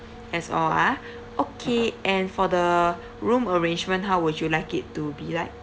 that's all ah okay and for the room arrangement how would you like it to be like